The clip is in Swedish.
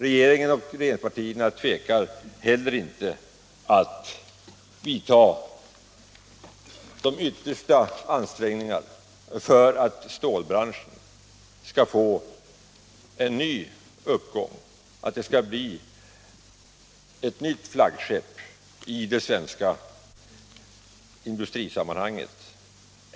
Regeringen och regeringspartierna tvekar alltså inte att göra de yttersta ansträngningar för att stålbranschen skall få en ny uppgång och kunna bli ett nytt flaggskepp i det §venska industrisammanhanget.